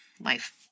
life